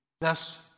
Thus